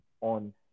on